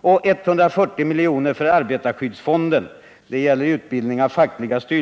och 140 miljoner från arbetarskyddsfonden .